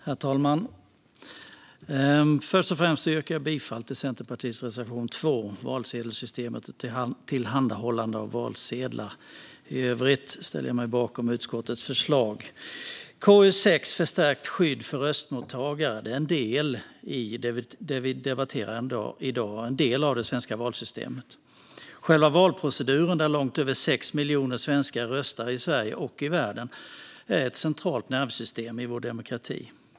Herr talman! Först och främst yrkar jag bifall till Centerpartiets reservation 2, Valsedelsystemet och tillhandahållande av valsedlar. I övrigt ställer jag mig bakom utskottets förslag. Betänkandet KU6 Förstärkt skydd för röstmottagare , som vi debatterar i dag, handlar om en del av det svenska valsystemet. Själva valproceduren, där långt över 6 miljoner svenskar röstar i Sverige och i världen, är ett centralt nervsystem i vår demokrati.